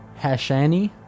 Hashani